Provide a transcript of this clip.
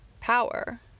Power